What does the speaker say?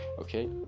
Okay